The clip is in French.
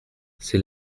c’est